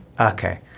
Okay